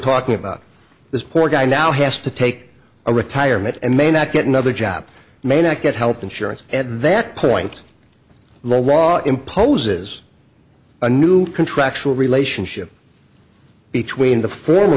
talking about this poor guy now has to take a retirement and may not get another job may not get health insurance at that point the law imposes a new contractual relationship between the former